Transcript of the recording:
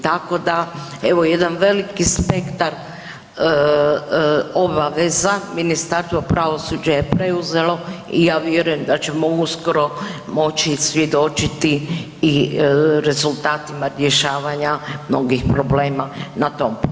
Tako da evo jedan veliki spektar obaveza Ministarstvo pravosuđa je preuzelo i ja vjerujem da ćemo uskoro moći svjedočiti i rezultatima rješavanja mnogih problema na tom području.